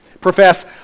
profess